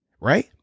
right